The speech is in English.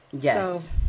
Yes